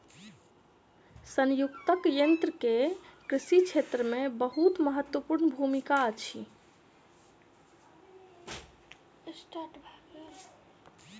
संयुक्तक यन्त्र के कृषि क्षेत्र मे बहुत महत्वपूर्ण भूमिका अछि